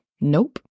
Nope